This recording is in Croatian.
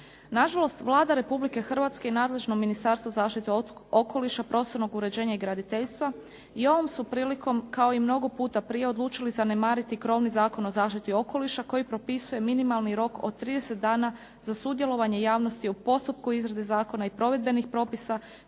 Nažalost, Vlada Republike Hrvatske i nadležno Ministarstvo zaštite okoliša, prostornog uređenja i graditeljstva i ovom su prilikom, kao i mnogo puta prije, odlučili zanemariti krovni Zakon o zaštiti okoliša koji propisuje minimalni rok od 30 dana za sudjelovanje javnosti u postupku izrade zakona i provedbenih propisa